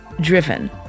driven